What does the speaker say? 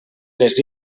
les